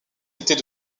était